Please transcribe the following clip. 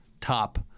top